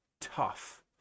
tough